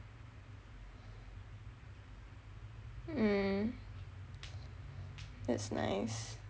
mm that's nice